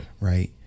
right